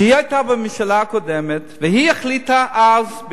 שהיא היתה בממשלה הקודמת והיא החליטה אז,